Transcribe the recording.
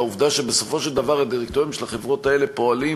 והעובדה שבסופו של דבר הדירקטוריונים של החברות האלה פועלים,